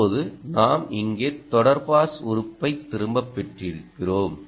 இப்போது நாம் இங்கே தொடர் பாஸ் உறுப்பை திரும்பப் பெற்றிருக்கிறோம்